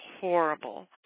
horrible